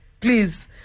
please